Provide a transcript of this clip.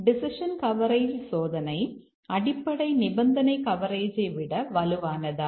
ஆனால் decision coverage சோதனை அடிப்படை நிபந்தனை கவரேஜை விட வலுவானதா